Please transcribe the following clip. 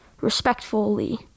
respectfully